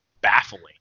baffling